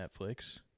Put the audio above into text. Netflix